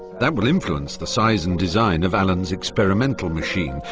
that will influence the size and design of alan's experimental machine,